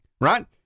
right